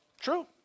True